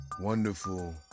wonderful